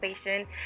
station